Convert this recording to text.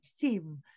team